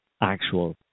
actual